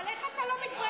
אבל איך אתה לא מתבייש?